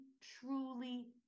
truly